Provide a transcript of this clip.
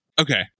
Okay